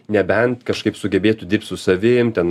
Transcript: nebent kažkaip sugebėtų dirbt su savim ten